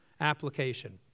application